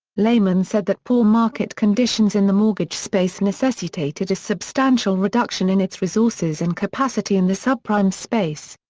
lehman said that poor market conditions in the mortgage space necessitated a substantial reduction in its resources and capacity in the subprime space.